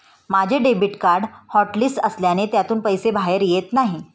माझे debit card hotlist असल्याने त्यातून पैसे बाहेर येत नाही